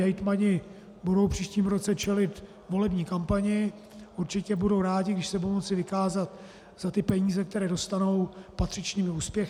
Hejtmani budou v příštím roce čelit volební kampani, určitě budou rádi, když se budou moci vykázat za ty peníze, které dostanou, patřičnými úspěchy.